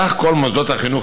סך כל מוסדות החינוך,